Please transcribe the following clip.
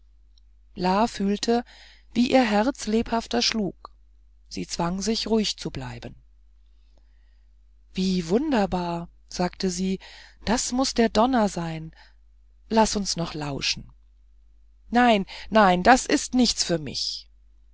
fühlte wie ihr herz lebhafter schlug sie zwang sich ruhig zu bleiben wie wunderbar sagte sie das muß der donner sein laß uns noch lauschen nein nein das ist nichts für mich